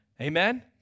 Amen